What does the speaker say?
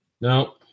No